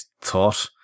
thought